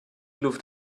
luft